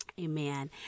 Amen